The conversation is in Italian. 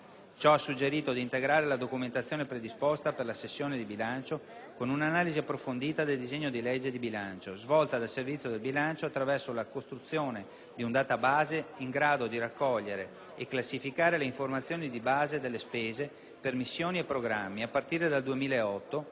Ciò ha suggerito di integrare la documentazione predisposta per la sessione di bilancio con un'analisi approfondita del disegno di legge di bilancio, svolta dal Servizio del bilancio, attraverso la costruzione di un *database* in grado di raccogliere e classificare le informazioni di base delle spese per missioni e programmi a partire dal 2008,